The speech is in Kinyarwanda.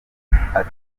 hari